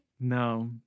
No